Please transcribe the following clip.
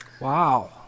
Wow